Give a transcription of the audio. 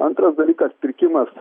antras dalykas pirkimas